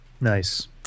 Nice